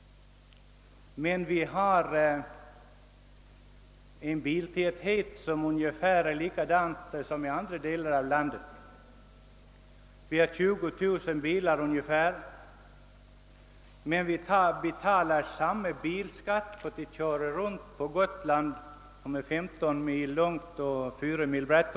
Men vi har en biltäthet av ungefär samma karaktär som andra delar av landet. Vi har ungefär 20000 bilar. Vi betalar samma bilskatt som överallt i landet för att köra runt på Gotland, som är 15 mil långt och 4 mil brett.